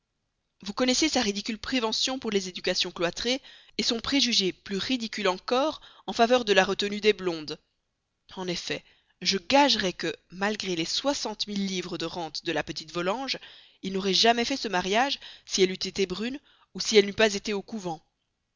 vous connaissez ses ridicules préventions pour les éducations cloîtrées son préjugé plus ridicule encore en faveur de la retenue des blondes en effet je gagerais que malgré les soixante milles livres de rente de la petite volanges il n'aurait jamais fait ce mariage si elle eût été brune ou si elle n'eût pas été au couvent